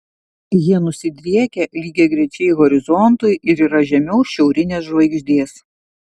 jie nusidriekę lygiagrečiai horizontui ir yra žemiau šiaurinės žvaigždės